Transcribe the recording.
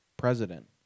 President